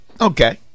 okay